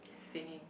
singing